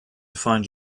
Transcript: find